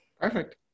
Perfect